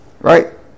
Right